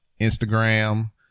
Instagram